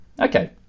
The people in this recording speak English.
Okay